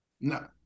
No